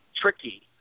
tricky